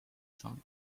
saw